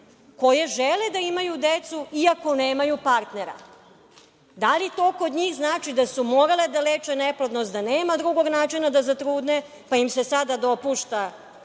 koje žele da imaju decu iako nemaju partnera? Da li to kod njih znači da su morale da leče neplodnost, da nema drugog načina da zatrudne, pa im se sada dopušta